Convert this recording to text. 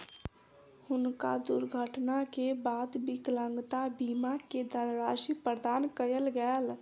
हुनका दुर्घटना के बाद विकलांगता बीमा के धनराशि प्रदान कयल गेल